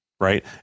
right